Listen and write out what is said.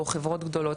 או חברות גדולות.